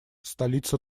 столица